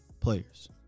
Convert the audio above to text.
players